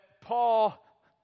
Paul